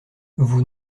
vous